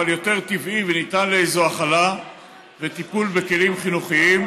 אבל יותר טבעי וניתן לאיזו הכלה וטיפול בכלים חינוכיים,